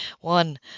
one